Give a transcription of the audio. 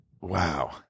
wow